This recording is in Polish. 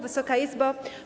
Wysoka Izbo!